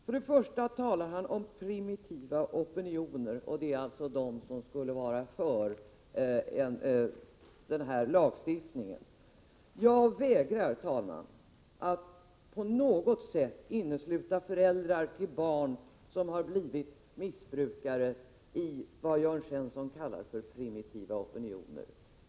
Först och främst talade han om primitiva opinioner — det skulle alltså vara de som är för denna lagstiftning. Jag vägrar, herr talman, att på något sätt innesluta föräldrarna till barn som har blivit missbrukare i vad Jörn Svensson kallar primitiva opinioner.